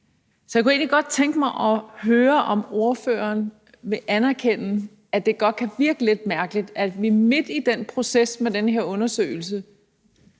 Så jeg kunne egentlig godt tænke mig at høre, om ordføreren vil anerkende, at det godt kan virke lidt mærkeligt, at vi midt i den her undersøgelsesproces